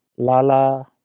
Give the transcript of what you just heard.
Lala